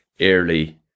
early